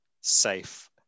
safe